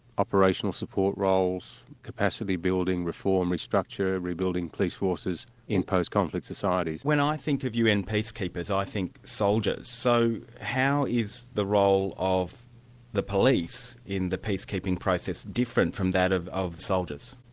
operational support roles, capacity building, reform, restructure, rebuilding police forces, in post-conflict societies. when i think of un peacekeepers, i think soldiers. so how is the role of the police in the peacekeeping process different from that of of soldiers?